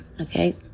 Okay